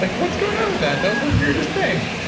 like what's going on with that? that was the weirdest thing.